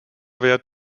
wert